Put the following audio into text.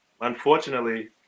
unfortunately